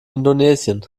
indonesien